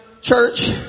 church